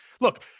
look